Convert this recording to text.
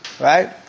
right